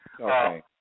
Okay